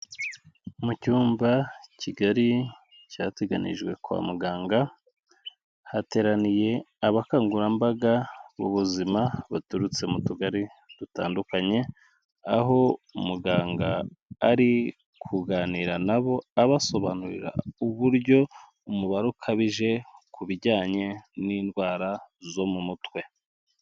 Mu cyumba kigali cyateganijwe kwa muganga, hateraniye abakangurambaga b'ubuzima umubare ukabije ku bijyanye n'indwara zo mu mutwe.